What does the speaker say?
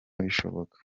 bishoboka